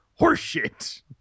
horseshit